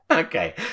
Okay